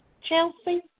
Chelsea